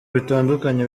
bitandukanye